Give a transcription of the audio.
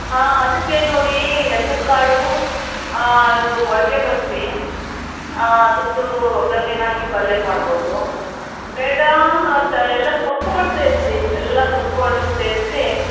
ಹಾಂ ಅದಕ್ಕೆ ನೋಡಿ ಹೆಸ್ರು ಕಾಳು ಅದು ಮೊಳಕೆ ಬರಿಸಿ ಅದರದ್ದು ಒಗ್ಗರಣೆ ಹಾಕಿ ಪಲ್ಯ ಮಾಡಬಹ್ದು ಬೇಡ ಎಲ್ಲ ಸೊಪ್ಪುಗಳು ಸೇರಿಸಿ ಎಲ್ಲ ಸೊಪ್ಪುಗಳನ್ನೂ ಸೇರಿಸಿ